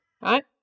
right